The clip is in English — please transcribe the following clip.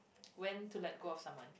when to let go of someone